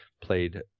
played